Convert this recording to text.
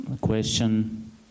question